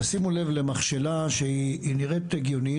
תשימו לב למכשלה שנראית הגיונית,